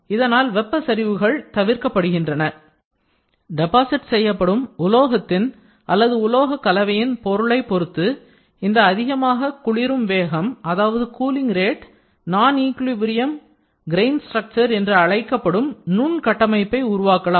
இதனால் வெப்ப சரிவுகள் தவிர்க்கப்படுகின்றன டெபாசிட் செய்யப்படும் உலோகத்தின் அல்லது உலோகக் கலவையின் பொருளை பொருத்து இந்த அதிகமாக குளிரும் வேகம் அதாவது கூலிங் ரேட் நான் ஈக்விலிபிரியம் கிரைன்ஸ்ட்ரக்சர் என்று அழைக்கப்படும் நுண் கட்டமைப்பை உருவாக்கலாம்